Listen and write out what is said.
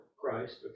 Christ